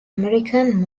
american